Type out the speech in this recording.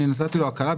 נתתי לו הקלה,